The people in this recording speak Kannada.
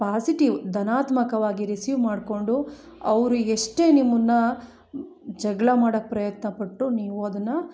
ಪಾಸಿಟಿವ್ ಧನಾತ್ಮಕವಾಗಿ ರಿಸೀವ್ ಮಾಡಿಕೊಂಡು ಅವರು ಎಷ್ಟೇ ನಿಮ್ಮನ್ನ ಜಗಳ ಮಾಡೋಕ್ ಪ್ರಯತ್ನ ಪಟ್ಟರು ನೀವು ಅದನ್ನ